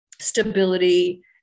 stability